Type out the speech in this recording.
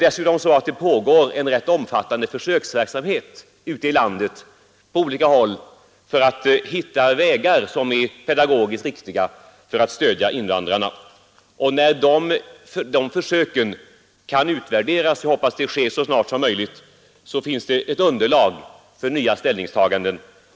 Dessutom pågår en rätt omfattande försöksverksamhet på olika håll ute i landet för att hitta vägar som är pedagogiskt riktiga att stödja invandrarna. När de försöken kan utvärderas — jag hoppas det blir snart — finns det underlag för nya ställningstaganden.